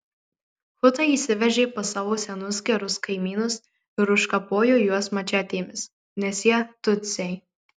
hutai įsiveržė pas savo senus gerus kaimynus ir užkapojo juos mačetėmis nes jie tutsiai